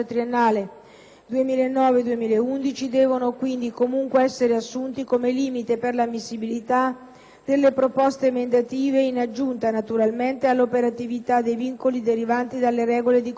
2009-2011, devono quindi comunque essere assunti come limite per l'ammissibilità delle proposte emendative, in aggiunta naturalmente all'operatività dei vincoli derivanti dalle regole di copertura